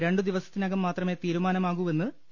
രണ്ടു ദിവസത്തിനകം മാത്രമേ തീരൂമാനമാവു വെന്ന് പി